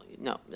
No